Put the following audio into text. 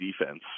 defense